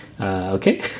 okay